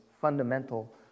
fundamental